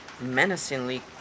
menacingly